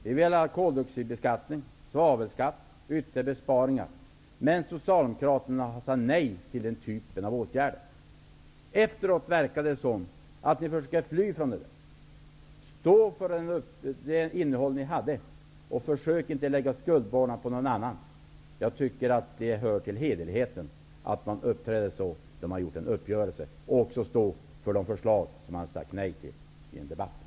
Vi ville höja koldioxidskatten och svavelskatten, och vi ville göra ytterligare besparingar, men Socialdemokraterna sade nej till den typen av åtgärder. I efterhand verkar det som om Socialdemokraterna försöker att fly från det där. Stå för innehållet i förslaget! Försök inte att lägga skuldbördan på någon annan! Jag tycker att det hör till hederligheten att man också står för att man har sagt nej till förslag i en uppgörelse.